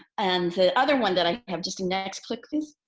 and the other one that i have just next click please.